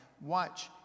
Watch